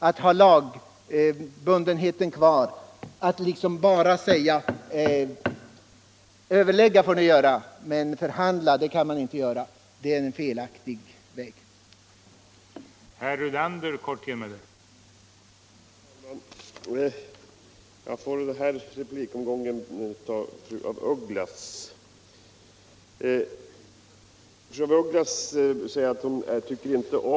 Att ha lagbundenheten kvar och bara säga: ”Överlägga får ni göra, men inte förhandla”, det är en felaktig väg.